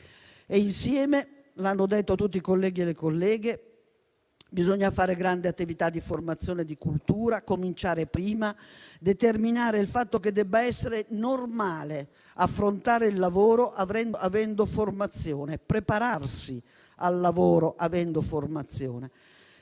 Insieme - l'hanno detto tutti i colleghi e le colleghe - bisogna fare grande attività di formazione e di cultura, cominciare prima e determinare il fatto che sia normale affrontare il lavoro e prepararsi ad esso avendo formazione.